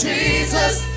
Jesus